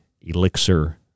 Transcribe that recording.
elixir